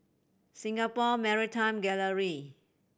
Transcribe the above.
Singapore Maritime Gallery